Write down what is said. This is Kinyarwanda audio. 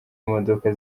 imodoka